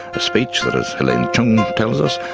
a speech that, as helene chung tells us,